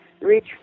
reach